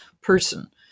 person